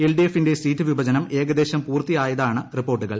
എൽഡിഎഫിന്റെ seat വിഭജനം ഏകദേശം പൂർത്തിയായതായാണ് റിപ്പോർട്ടുകൾ